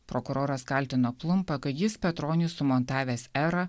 prokuroras kaltino plumpą kad jis petroniui sumontavęs erą